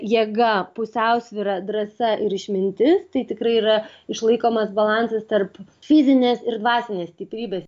jėga pusiausvyra drąsa ir išmintis tai tikrai yra išlaikomas balansas tarp fizinės ir dvasinės stiprybės